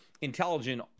intelligent